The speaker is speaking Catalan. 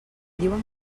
diuen